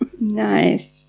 Nice